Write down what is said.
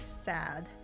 Sad